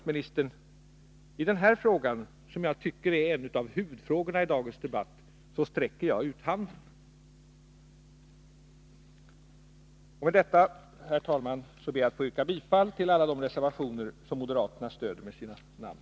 I den här frågan — som jag tycker är en av huvudfrågorna i dagens debatt — sträcker jag ut handen, arbetsmarknadsministern. Herr talman! Med detta yrkar jag bifall till alla de reservationer i betänkandet som moderaterna stöder med sina namn.